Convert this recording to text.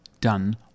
done